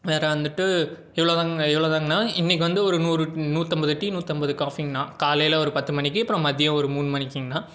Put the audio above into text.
வேறு வந்துவிட்டு இவ்ளோதாங்கணா இவ்வளோதாங்கணா இன்னைக்கு வந்து ஒரு நூறு நூற்றைம்பது டீ நூற்றைம்பது காஃபிங்கணா காலையில் ஒரு பத்து மணிக்கு அப்புறம் மதியம் ஒரு மூணு மணிக்குங்ணா